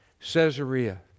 Caesarea